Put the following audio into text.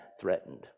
threatened